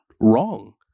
wrong